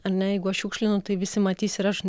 ar ne jeigu aš šiukšlinu tai visi matys ir aš